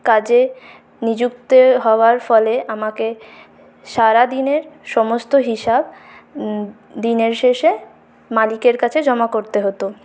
কাজে নিযুক্তে হওয়ার ফলে আমাকে সারাদিনের সমস্ত হিসাব দিনের শেষে মালিকের কাছে জমা করতে হতো